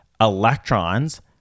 electrons